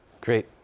Great